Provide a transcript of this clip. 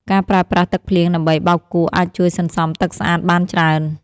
ការប្រើប្រាស់ទឹកភ្លៀងដើម្បីបោកគក់អាចជួយសន្សំទឹកស្អាតបានច្រើន។